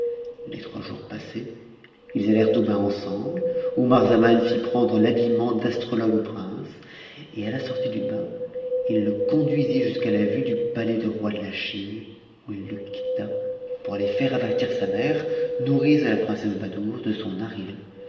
les trois jours passés ils auèrent au bain p semble où marzavan fit prendre l'habillement d'astrologue au prince ci a la sortie du bain il le conduisit jusqu'à la vue du palais du roi de t chine où h le quitta pour alter iaire avertir sa mère nourrice de fi princesse badoure de son arrivée